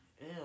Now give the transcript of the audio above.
Ew